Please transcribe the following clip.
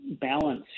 balance